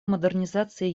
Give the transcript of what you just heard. модернизации